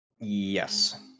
Yes